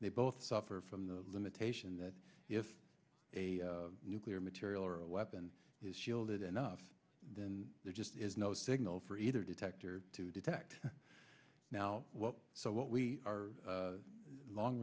they both suffer from the limitation that if a nuclear material or a weapon is shielded enough then there just is no signal for either detector to detect now so what we are long